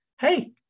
hey